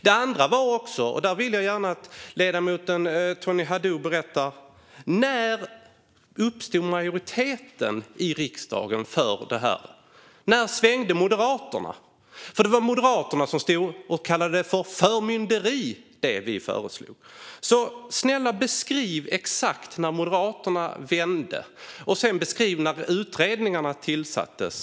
Det var också något annat, och det vill jag gärna att ledamoten Haddou berättar. När uppstod majoriteten i riksdagen för detta? När svängde Moderaterna? Det var Moderaterna som stod och kallade det vi föreslog för förmynderi. Var snäll och beskriv exakt när Moderaterna vände och när utredningarna tillsattes!